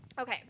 okay